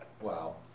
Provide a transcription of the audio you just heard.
Wow